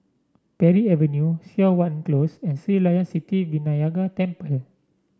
Parry Avenue Siok Wan Close and Sri Layan Sithi Vinayagar Temple